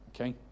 Okay